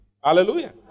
Hallelujah